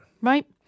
right